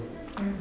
mm